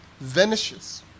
vanishes